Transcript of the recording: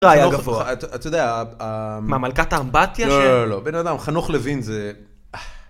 רעיון גבוה. אתה יודע... מה מלכת האמבטיה? לא, לא, לא, בן אדם, חנוך לוין זה...